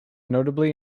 notably